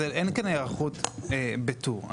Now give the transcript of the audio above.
אין כאן היערכות בטור,